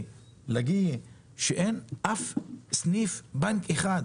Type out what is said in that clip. לקייה, שאין בהם אף סניף בנק אחד.